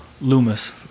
Loomis